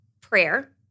prayer